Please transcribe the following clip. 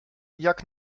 jak